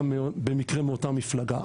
גם במקרה מאותה מפלגה.